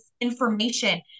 information